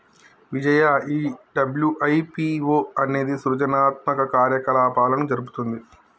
విజయ ఈ డబ్ల్యు.ఐ.పి.ఓ అనేది సృజనాత్మక కార్యకలాపాలను జరుపుతుంది